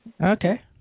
Okay